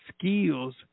skills